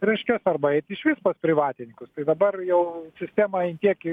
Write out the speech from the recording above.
reiškias arba eit išvis pas privatininkus tai dabar jau sistema ant tiek